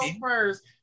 first